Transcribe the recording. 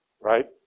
Right